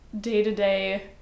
day-to-day